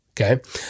Okay